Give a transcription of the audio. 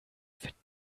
finden